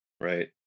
right